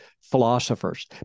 philosophers